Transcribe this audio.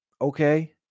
Okay